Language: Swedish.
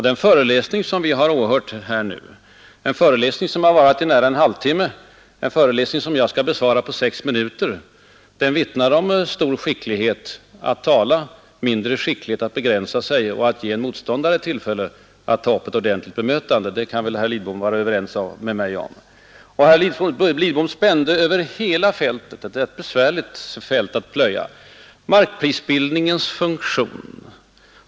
Den föreläsning på nära en halv timme som vi har hört här nu och som jag skall besvara på högst sex minuter vittnar om stor skicklighet att tala, mindre skicklighet att begränsa sig och ge en motståndare tillfälle till ett ordentligt bemötande. Det kan väl herr Lidbom vara överens med mig om. Herr Lidboms anförande spände över hela fältet, ett ganska besvärligt fält att plöja. Först prisbildningen på mark.